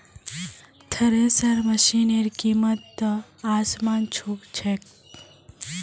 thresher मशिनेर कीमत त आसमान छू छेक